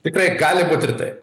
tikrai gali būt ir tai